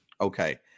Okay